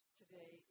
today